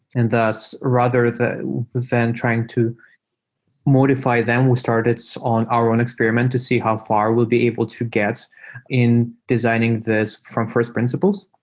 and thus, rather than trying to modify them, we started on our own experiment to see how far we'll be able to get in designing this from first principles.